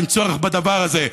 אין צורך בדבר הזה.